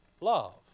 Love